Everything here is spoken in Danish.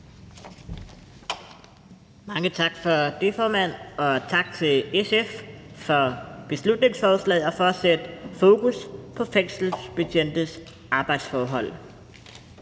Mange tak for det, formand, og tak til SF for beslutningsforslaget og for at sætte fokus på fængselsbetjentes arbejdsforhold.